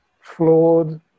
flawed